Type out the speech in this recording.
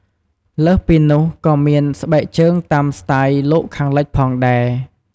លើសពីនោះក៏មានស្បែកជើងតាមស្ទាយលោកខាងលិចផងដែរ។